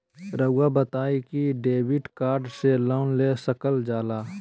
रहुआ बताइं कि डेबिट कार्ड से लोन ले सकल जाला?